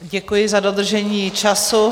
Děkuji za dodržení času.